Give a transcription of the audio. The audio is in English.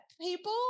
people